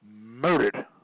murdered